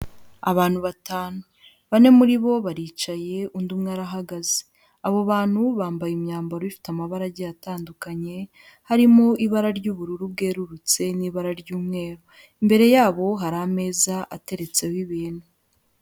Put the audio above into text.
Abantu batanu, bane muri bo baricaye undi umwe arahagaze, abo bantu bambaye imyambaro ifite amabara agiye atandukanye, harimo ibara ry'ubururu bwerurutse n'ibara ry'umweru, imbere yabo hari ameza ateretseho ibintu.